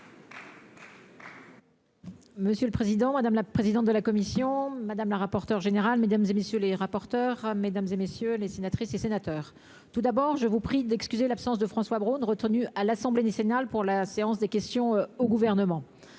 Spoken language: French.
Monsieur le président, madame la présidente de la commission, madame la rapporteure générale, mesdames, messieurs les rapporteurs, mesdames les sénatrices, messieurs les sénateurs, tout d'abord, je vous prie d'excuser l'absence de François Braun, retenu à l'Assemblée nationale par la séance de questions au Gouvernement.